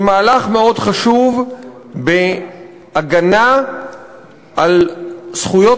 היא מהלך מאוד חשוב בהגנה על זכויות